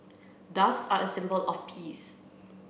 doves are a symbol of peace